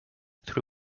through